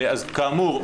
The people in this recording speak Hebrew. כאמור,